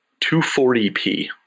240p